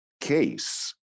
case